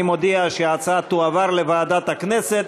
אני מודיע שההצעה תועבר לוועדת הכנסת